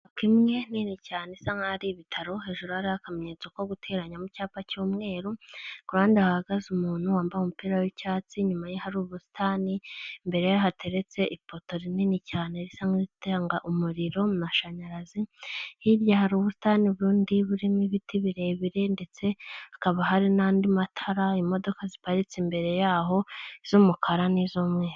Inyubako imwe nini cyane isa nkaho ari ibitaro, hejuru hariho akamenyetso ko guteranya mu cyapa cy'umweru, ku ruhande hahagaze umuntu wambaye umupira w'icyatsi inyuma hari ubusitani, imbere ye hateretse ipoto rinini cyane risa nk'iritanga umuriro mu mashanyarazi, hirya hari ubusitani bundi burimo ibiti birebire ndetse hakaba hari n'andi matara, imodoka ziparitse imbere yaho z'umukara n'iz'umweru.